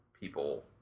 people